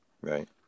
Right